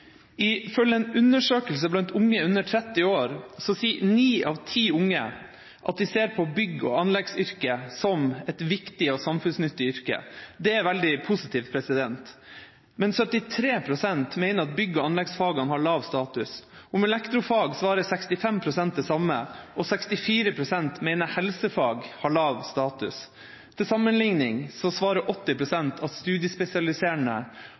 en undersøkelse blant unge under 30 år sier ni av ti at de ser på bygg- og anleggsyrket som et viktig og samfunnsnyttig yrke. Det er veldig positivt. Men 73 pst. mener at bygg- og anleggsfagene har lav status. Når det gjelder elektrofag, svarer 65 pst. det samme, og 64 pst. mener helsefag har lav status. Til sammenligning svarer 80 pst. at